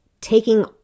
taking